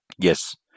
Yes